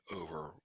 over